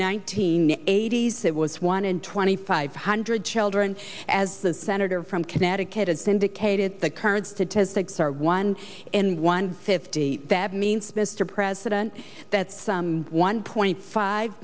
nineteen eighties that was one in twenty five hundred children as the senator from connecticut it's indicated that current statistics are one in one fifty that means mr president that some one point five